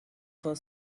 for